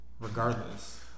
regardless